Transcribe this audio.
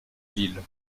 ville